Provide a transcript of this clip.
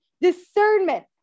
discernment